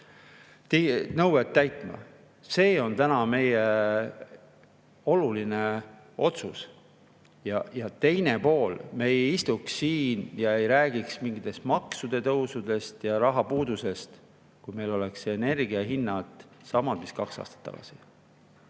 nõuet täitma. See on täna meie oluline otsus. Ja teine pool [on see, et] me ei istuks siin ja ei räägiks mingitest maksutõusudest ja rahapuudusest, kui meil oleks energiahinnad samad, mis kaks aastat tagasi.